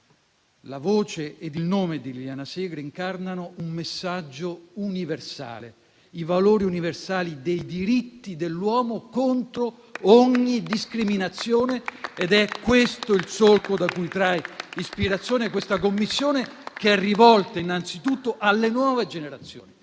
La voce ed il nome di Liliana Segre incarnano un messaggio universale, i valori universali dei diritti dell'uomo contro ogni discriminazione. È questo il solco da cui trae ispirazione la Commissione che è rivolta innanzitutto alle nuove generazioni,